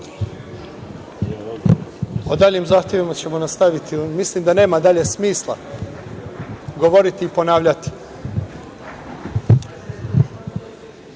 O daljim zahtevima ćemo nastaviti. Mislim da nema dalje smisla govoriti i ponavljati.Sešću